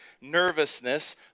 nervousness